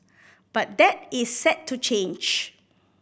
but that is set to change